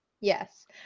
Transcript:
Yes